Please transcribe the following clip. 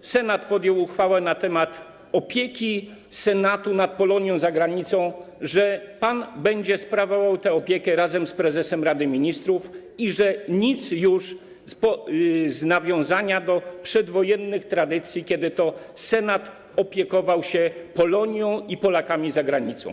Senat podjął uchwałę na temat opieki Senatu nad Polonią za granicą, że pan będzie sprawował tę opiekę razem z prezesem Rady Ministrów i że nic już z nawiązania do przedwojennych tradycji, kiedy to Senat opiekował się Polonią i Polakami za granicą?